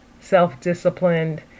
self-disciplined